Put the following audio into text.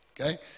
okay